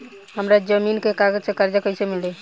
हमरा जमीन के कागज से कर्जा कैसे मिली?